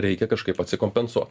reikia kažkaip atsikompensuot